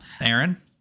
Aaron